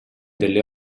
delle